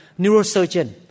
neurosurgeon